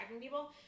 people